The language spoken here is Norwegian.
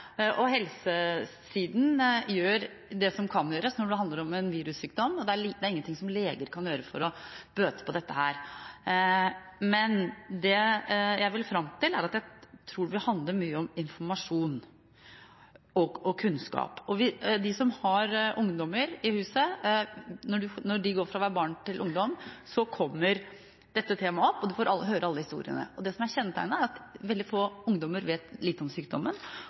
og helsesiden gjør det som kan gjøres når det handler om en virussykdom. Det er ingenting som leger kan gjøre for å bøte på dette. Det jeg vil fram til, er at jeg tror det vil handle mye om informasjon og kunnskap. For dem som har ungdommer i huset – når de går fra å være barn til ungdom – kommer dette temaet opp, og man får høre alle historiene. Det som er kjennetegnet, er at veldig få ungdommer vet mye om sykdommen,